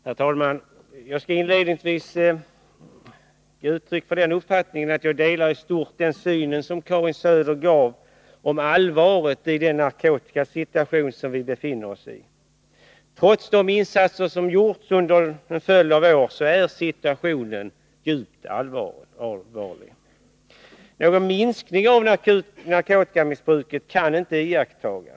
Herr talman! Låt mig inledningsvis deklarera att jag i stort sett delar Karin Söders syn på allvaret i den nuvarande narkotikasituationen i landet. Trots de insatser som gjorts under en följd av år är situationen djupt allvarlig. Någon minskning av narkotikamissbruket kan inte iakttas.